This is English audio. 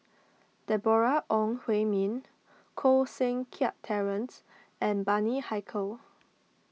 Deborah Ong Hui Min Koh Seng Kiat Terence and Bani Haykal